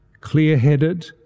clear-headed